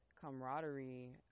camaraderie